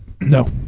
No